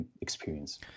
experience